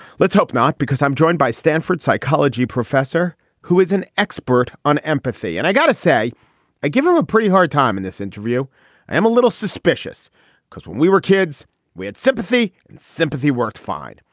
let's hope not because i'm joined by stanford psychology professor who is an expert on empathy and i got to say i give him a pretty hard time in this interview. i am a little suspicious because when we were kids we had sympathy and sympathy worked fine.